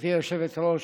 גברתי היושבת-ראש,